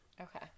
Okay